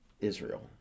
israel